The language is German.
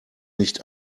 nicht